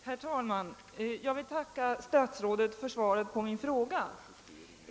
Herr talman! Jag vill tacka statsrådet för svaret på min fråga.